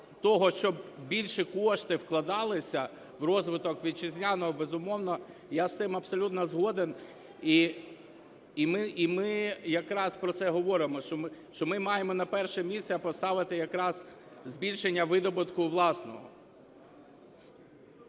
того, щоб більше коштів вкладалося в розвиток вітчизняного, безумовно, я з тим абсолютно згоден. І ми якраз про це говоримо, що ми маємо на перше місце поставити якраз збільшення видобутку власного.